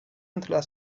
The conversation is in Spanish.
entre